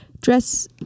dress